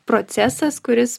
procesas kuris